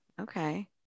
Okay